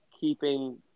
keeping